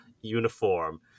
uniform